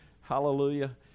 hallelujah